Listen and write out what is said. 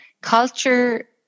culture